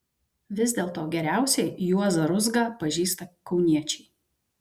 vis dėlto geriausiai juozą ruzgą pažįsta kauniečiai